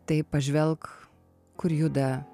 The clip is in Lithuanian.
tai pažvelk kur juda